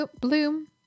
bloom